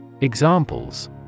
Examples